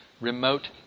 remote